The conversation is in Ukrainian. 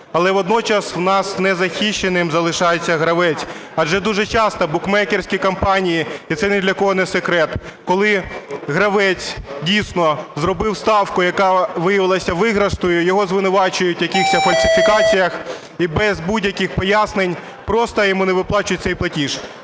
але водночас в нас незахищеним залишається гравець. Адже дуже часто букмекерські компанії, і це ні для кого не секрет, коли гравець дійсно зробив ставку, яка виявилася виграшною, його звинувачують в якихось фальсифікаціях і без будь-яких пояснень просто йому не виплачують цей платіж.